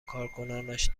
کارکنانش